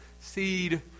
seed